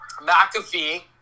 McAfee